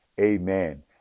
amen